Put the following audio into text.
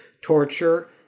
torture